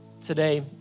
today